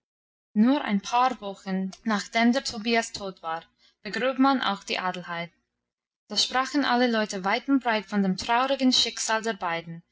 nur ein paar wochen nachdem der tobias tot war begrub man auch die adelheid da sprachen alle leute weit und breit von dem traurigen schicksal der beiden